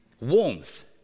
warmth